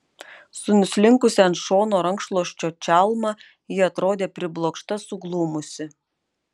su nuslinkusia ant šono rankšluosčio čalma ji atrodė priblokšta suglumusi